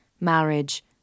marriage